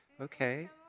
okay